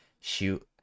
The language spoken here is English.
shoot